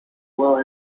well